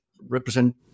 represent